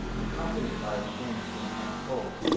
accompanied by a change to intense cold.